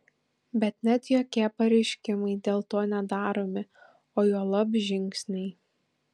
bet net jokie pareiškimai dėl to nedaromi o juolab žingsniai